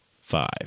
Five